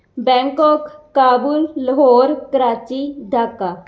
Bangkok Kabul Lahore Karachi Dhaka